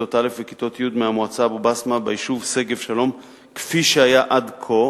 כיתות א' וכיתות י' מהמועצה אבו-בסמה ביישוב שגב-שלום כפי שהיה עד כה,